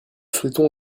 souhaitons